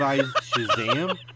Shazam